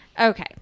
Okay